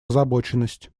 озабоченность